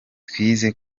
twize